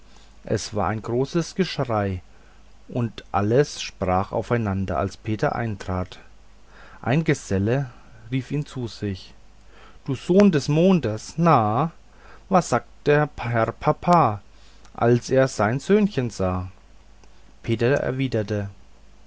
es war ein großes geschrei und alles sprach aufeinander als peter eintrat einige gesellen riefen ihm zu du sohn des mondes na was sagte der herr papa als er sein söhnchen sah peter erwiderte